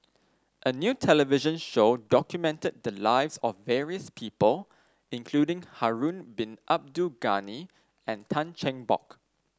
a new television show documented the lives of various people including Harun Bin Abdul Ghani and Tan Cheng Bock